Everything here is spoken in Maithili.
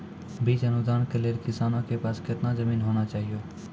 बीज अनुदान के लेल किसानों के पास केतना जमीन होना चहियों?